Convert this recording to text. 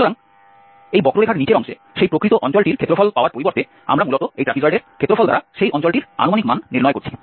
সুতরাং এই বক্ররেখার নীচের অংশে সেই প্রকৃত অঞ্চলটির ক্ষেত্রফল পাওয়ার পরিবর্তে আমরা মূলত এই ট্র্যাপিজয়েডের ক্ষেত্রফল দ্বারা সেই অঞ্চলটির আনুমানিক মান নির্ণয় করছি